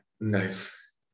nice